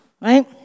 Right